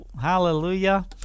Hallelujah